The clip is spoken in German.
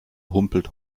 humpelt